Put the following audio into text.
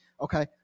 Okay